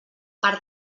per